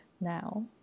now